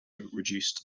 reduced